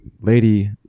lady